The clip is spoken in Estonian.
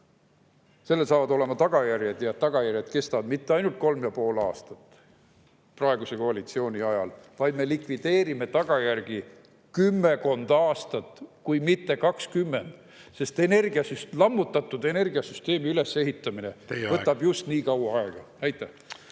eelnõul saavad olema tagajärjed. Ja tagajärjed ei kesta mitte ainult 3,5 aastat, praeguse koalitsiooni ajal, vaid me likvideerime tagajärgi kümmekond aastat, kui mitte 20, sest lammutatud energiasüsteemi üles ehitamine võtab just nii kaua aega. Aitäh!